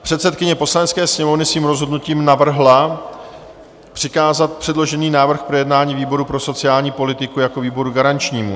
Předsedkyně Poslanecké sněmovny svým rozhodnutím navrhla přikázat předložený návrh k projednání výboru pro sociální politiku jako výboru garančnímu.